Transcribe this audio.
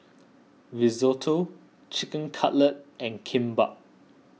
Risotto Chicken Cutlet and Kimbap